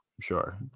sure